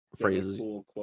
phrases